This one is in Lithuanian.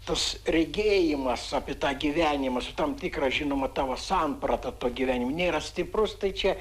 tos regėjimas apie tą gyvenimą su tam tikra žinoma tavo samprata to gyvenimo nėra stiprus tai čia